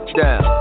down